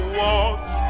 watch